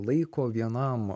laiko vienam